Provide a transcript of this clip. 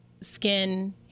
skin